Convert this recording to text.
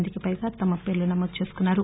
మందికి పైగా తమ పేర్లు నమోదు చేసుకున్నా రు